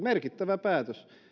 merkittävä päätös erityisesti